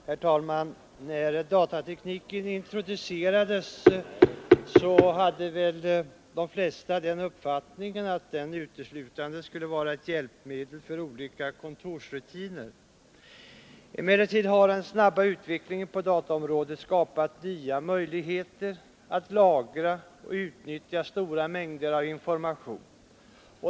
Herr talman! När datatekniken introducerades hade väl de flesta den uppfattningen att den uteslutande skulle vara ett hjälpmedel för olika kontorsrutiner. Emellertid har den snabba utvecklingen på dataområdet skapat nya möjligheter att lagra och utnyttja stora mängder information.